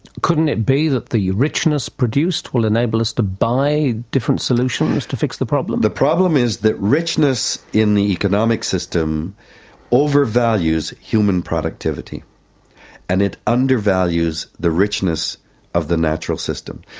couldn't it be that the richness produced will enable us to buy different solutions to fix the problem? the problem is that richness in the economic system overvalues human productivity and it undervalues the richness of the natural system.